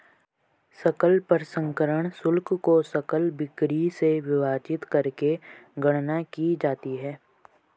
सकल प्रसंस्करण शुल्क को सकल बिक्री से विभाजित करके गणना की जाती है